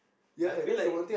I feel like